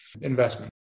investment